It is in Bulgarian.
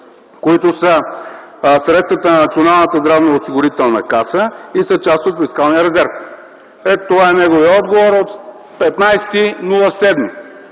които са средствата на Националната здравноосигурителна каса и са част от фискалния резерв. Ето, това е неговият отговор от 15